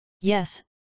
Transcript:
Yes